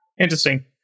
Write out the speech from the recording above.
Interesting